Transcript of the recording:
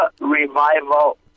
Revival